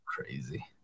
crazy